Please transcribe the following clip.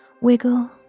Wiggle